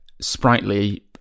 sprightly